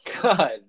God